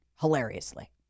hilariously